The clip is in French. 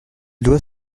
doit